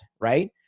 right